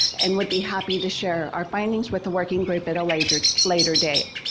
and would be happy to share our findings with the working group at a later later date.